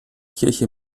kirche